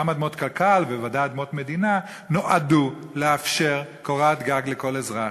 גם אדמות קק"ל ובוודאי אדמות מדינה נועדו לאפשר קורת גג לכל אזרח.